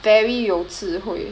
very 有智慧